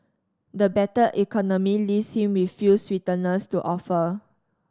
the battered economy leaves him with few sweeteners to offer